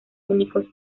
únicos